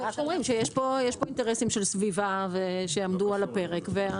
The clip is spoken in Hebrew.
יש פה אינטרסים של סביבה שיעמדו על הפרק.